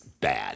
bad